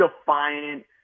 defiant